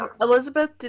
Elizabeth